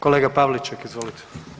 Kolega Pavliček izvolite.